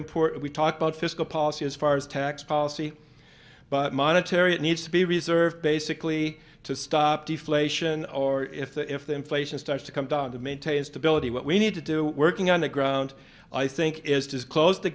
important we talk about fiscal policy as far as tax policy but monetary it needs to be reserved basically to stop deflation or if the if the inflation starts to come down to maintain stability what we need to do working on the ground i think is to close the